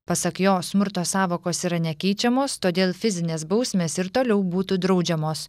pasak jo smurto sąvokos yra nekeičiamos todėl fizinės bausmės ir toliau būtų draudžiamos